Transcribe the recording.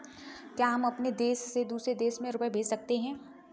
क्या हम अपने देश से दूसरे देश में रुपये भेज सकते हैं?